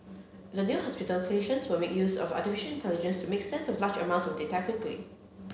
at the new hospital clinicians will make use of artificial intelligence to make sense of large amounts of data quickly